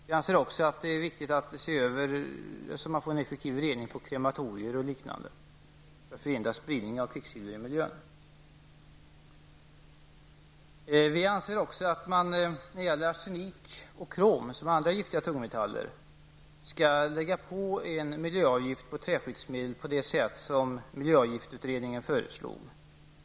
Vi anser också att det är viktigt att se till att man får en effektiv rening på krematorier och liknande för att förhindra spridning av kvicksilver i miljön. Vi föreslår vidare att man på arsenik och krom, som är andra farliga tungmetaller, skall lägga på en miljöavgift på träskyddsmedel på det sätt som miljöavgiftsutredningen föreslår.